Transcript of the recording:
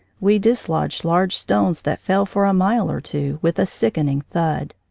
we dis lodged large stones that fell for a mile or two, with a sickening thud.